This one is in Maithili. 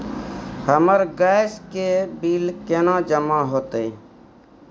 हमर गैस के बिल केना जमा होते?